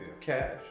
cash